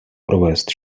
provést